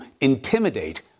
intimidate